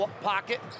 pocket